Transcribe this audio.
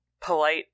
polite